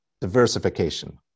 diversification